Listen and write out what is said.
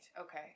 okay